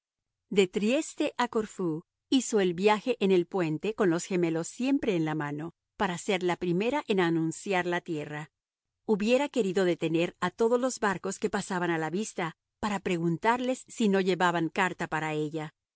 de trieste a corfú hizo el viaje en el puente con los gemelos siempre en la mano para ser la primera en anunciar la tierra hubiera querido detener a todos los barcos que pasaban a la vista para preguntarles si no llevaban carta para ella